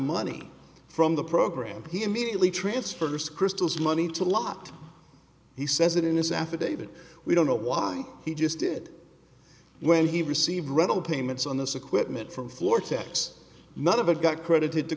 money from the program he immediately transferred his crystals money to lot he says it in his affidavit we don't know why he just did when he received rental payments on this equipment from floor tax none of it got credited to